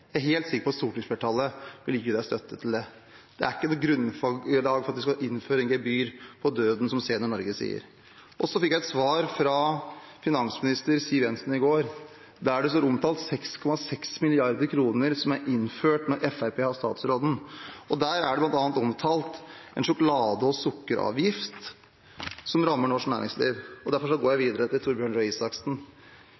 Jeg er helt sikker på at stortingsflertallet vil gi deg støtte til det. Det er ikke noe grunnlag for å innføre et gebyr på døden, som Senior Norge sier. Jeg fikk et svar fra finansminister Siv Jensen i går, der det står omtalt 6,6 mrd. kr i avgifter som er innført mens Fremskrittspartiet har statsråden. Der er det bl.a. omtalt en sjokolade- og sukkeravgift som rammer norsk næringsliv. Derfor går jeg